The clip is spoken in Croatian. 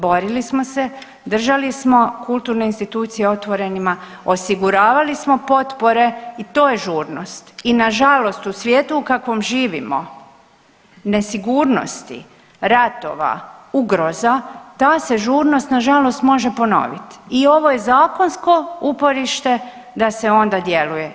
Borili smo se, držali smo kulturne institucije otvorenima, osiguravali smo potpore i to je žurnost i nažalost u svijetu u kakvom živimo nesigurnosti, ratova, ugroza, ta se žurnost nažalost može ponovit i ovo je zakonsko uporište da se onda djeluje.